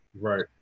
Right